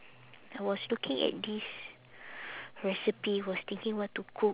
I was looking at this recipe was thinking what to cook